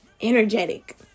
energetic